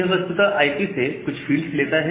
यह वस्तुत आईपी से कुछ फ़ील्ड्स लेता है